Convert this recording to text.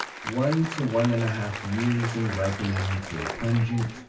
one to one-and-a-half years in ripening to a pungent,